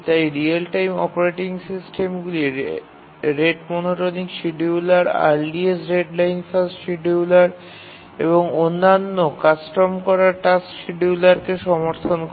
তাই real time operating সিস্টেমগুলি rate monotonic scheduler earliest deadline first scheduler এবং অন্যান্য কাস্টম করা টাস্ক শিডিয়ুলারকে সমর্থন করে